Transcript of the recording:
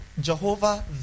Jehovah